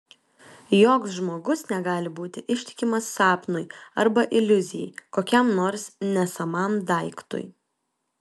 joks žmogus negali būti ištikimas sapnui arba iliuzijai kokiam nors nesamam daiktui